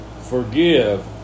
forgive